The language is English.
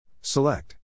Select